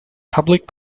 public